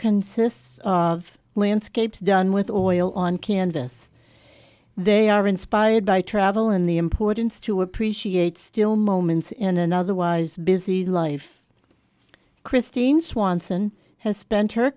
consists of landscapes done with oil on canvas they are inspired by travel and the importance to appreciate still moments in an otherwise busy life christine swanson has spent her